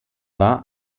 war